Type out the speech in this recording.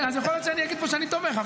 יכול להיות שאני אגיד פה שאני תומך.